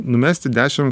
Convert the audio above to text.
numesti dešim